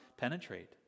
penetrate